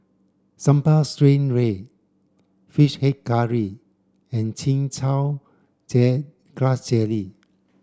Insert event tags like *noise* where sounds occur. sambal stingray fish head curry and chin chow *unintelligible* grass jelly